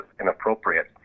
inappropriate